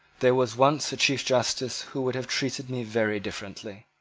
there was once a chief justice who would have treated me very differently.